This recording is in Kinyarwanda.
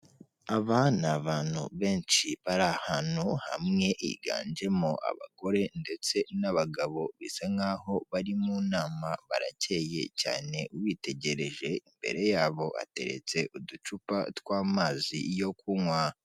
Aba ni abantu benshi bari ahantu hamwe higanjemo abagore ndetse n'abagabo, bisa nk'aho bari mu nama, barakeye cyane, witegereje imbere yabo hateretse uducupa tw'amazi yo kunywa.